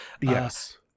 yes